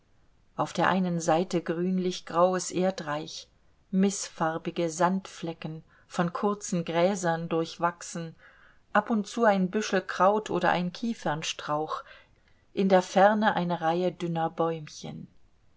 auf der einen seite grünlich graues erdreich mißfarbige sandflecken von kurzen gräsern durchwachsen ab und zu ein büschel kraut oder ein kieferstrauch in der ferne eine reihe dünner bäumchen